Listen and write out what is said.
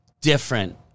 different